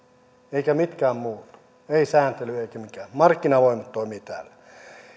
eivätkä mitkään muut ei sääntely eikä mikään markkinavoimat toimivat täällä